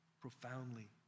Profoundly